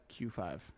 Q5